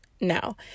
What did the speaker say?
No